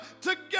together